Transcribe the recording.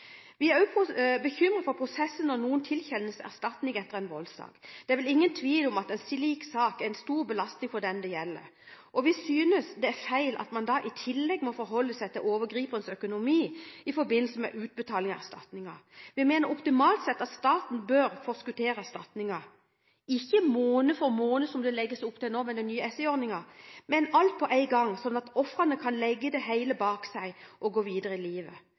Vi er også bekymret for prosessen når noen tilkjennes erstatning etter en voldssak. Det er vel ingen tvil om at en slik sak er en stor belastning for dem det gjelder, og vi synes det er feil at man da i tillegg må forholde seg til overgriperens økonomi i forbindelse med utbetaling av erstatninger. Vi mener optimalt sett at staten bør forskuttere erstatninger – ikke måned for måned som det legges opp til nå med den nye SI-ordningen, men alt på en gang – sånn at ofrene kan legge det hele bak seg og gå videre i livet.